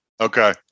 Okay